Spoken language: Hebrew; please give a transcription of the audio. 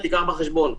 קח בחשבון.